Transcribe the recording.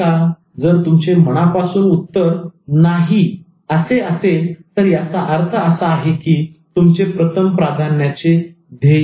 जर तुमचे मनापासून उत्तर 'नाही' असे असेल तर त्याचा अर्थ असा आहे की हे तुमचे प्रथम प्राधान्याचे ध्येय नाही